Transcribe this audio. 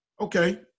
Okay